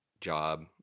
job